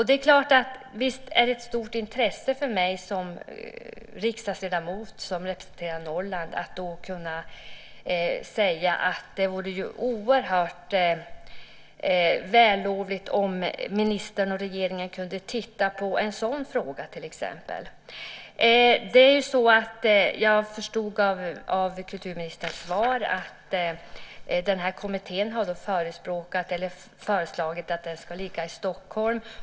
Det är klart att det är av stort intresse för mig som riksdagsledamot representerande Norrland att kunna säga att det vore oerhört vällovligt om ministern och regeringen kunde titta till exempel på en sådan här fråga. Jag förstår av kulturministerns svar att kommittén har föreslagit att myndigheten ska ligga i Stockholm.